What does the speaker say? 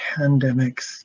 pandemics